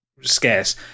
scarce